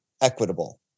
equitable